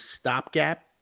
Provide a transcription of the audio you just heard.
stopgap